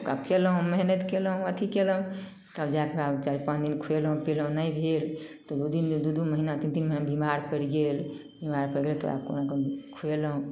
तऽ कयलहुँ मेहनति कयलहुँ अथी कयलहुँ तब जा कऽ चाइर पाँच दिन खुएलहुँ पियेलहुँ नहि भेल तऽ दू दिन जे दू दू महिना तीन तीन महिना बीमार पड़ि गेल बीमार पड़ि गेल तऽ कहुना कऽ खुएलहुँ